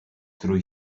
drwy